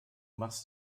machst